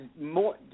more